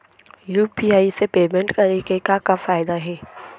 UPI से payment करे के का का फायदा हे?